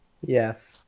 Yes